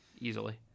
easily